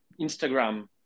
Instagram